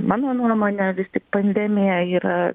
mano nuomone vis tik pandemija yra